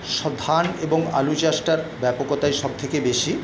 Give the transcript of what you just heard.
সব ধান এবং আলু চাষটার ব্যাপকতাই সবথেকে বেশি